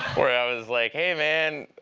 where i was like, hey man